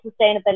sustainability